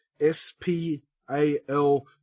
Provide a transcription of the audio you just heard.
S-P-A-L